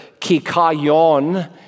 kikayon